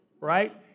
Right